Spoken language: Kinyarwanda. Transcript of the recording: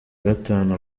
gatanu